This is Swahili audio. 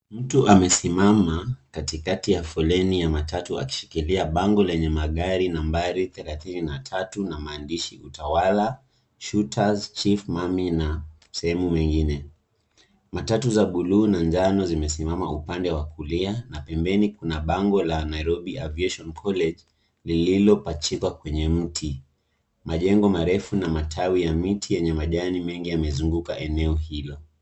Mtu amesimama katikati ya foleni ya matatu akishikilia bango lenye magari nambari thelathini na tatu na maandishi, utawala, shooters, chief mani na sehemu mengine. Matatu za bluu na njano zimesimama upande wa kulia na pembeni kuna bango la Nairobi Aviation College lililopachikwa kwenye mti. Majengo marefu na matawi ya miti yenye majani mengi yamezunguka eneo hilo.